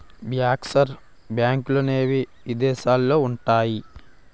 bankers బ్యాంకులనేవి ఇదేశాలల్లో ఉంటయ్యి